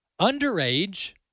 underage